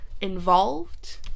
involved